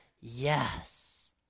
yes